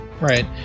Right